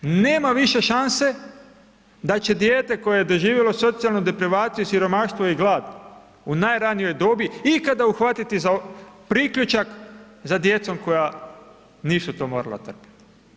Nema više šanse da će dijete, koja je doživjela socijalnu deprivaciju, siromaštvo i glad, u najranijoj dobi, ikada uhvatiti za priključak, za djecom koja nisu to morala trpiti.